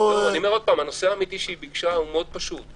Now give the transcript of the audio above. הנושא האמיתי שהיא ביקשה הוא מאוד פשוט,